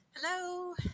hello